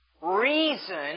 reason